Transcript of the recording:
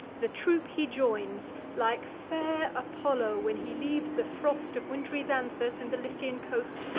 the troop he joins like fair apollo, when he leaves the frost of wint'ry xanthus, and the lycian coast,